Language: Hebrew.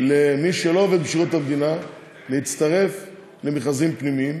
למי שלא עובד בשירות המדינה להצטרף למכרזים פנימיים,